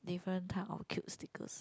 different type of cute stickers